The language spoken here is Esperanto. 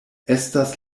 estas